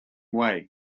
way